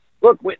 look